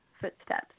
footsteps